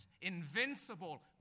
invincible